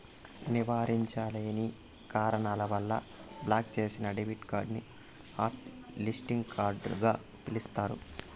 నివారించలేని కారణాల వల్ల బ్లాక్ చేసిన డెబిట్ కార్డుని హాట్ లిస్టింగ్ కార్డుగ పిలుస్తారు